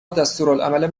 دستورالعمل